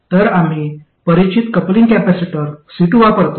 तर आम्ही परिचित कपलिंग कॅपेसिटर C2 वापरतो